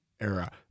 era